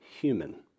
human